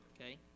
Okay